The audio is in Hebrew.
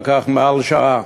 לקח מעל שעה,